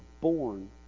born